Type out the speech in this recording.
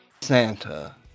Santa